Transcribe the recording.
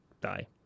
die